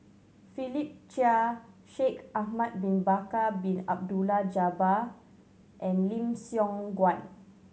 Philip Chia Shaikh Ahmad Bin Bakar Bin Abdullah Jabbar and Lim Siong Guan